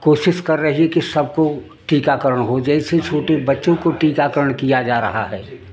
कोशिश कर रही है कि सबको टीकाकरण हो जाए इससे छोटे बच्चों को टीकाकरण किया जा रहा है